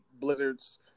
blizzards